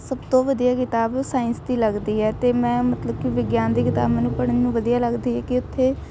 ਸਭ ਤੋਂ ਵਧੀਆ ਕਿਤਾਬ ਸਾਇੰਸ ਦੀ ਲੱਗਦੀ ਹੈ ਅਤੇ ਮੈਂ ਮਤਲਬ ਕਿ ਵਿਗਿਆਨ ਦੀ ਕਿਤਾਬ ਮੈਨੂੰ ਪੜ੍ਹਨ ਨੂੰ ਵਧੀਆ ਲੱਗਦੀ ਹੈ ਕਿ ਇੱਥੇ